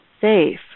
safe